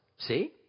See